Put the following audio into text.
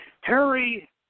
Harry